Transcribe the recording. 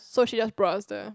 so she just brought us there